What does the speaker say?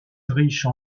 riches